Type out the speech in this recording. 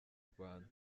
rwanda